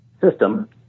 system